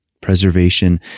preservation